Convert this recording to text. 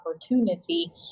opportunity